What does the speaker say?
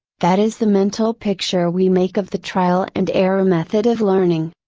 that is the mental picture we make of the trial and error method of learning.